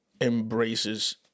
embraces